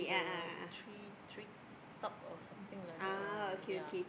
the tree treetop or something like that lor yeah